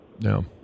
No